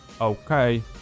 Okay